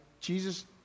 Jesus